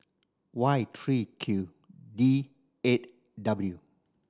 Y three Q E eight W